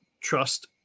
trust